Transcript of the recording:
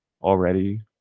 already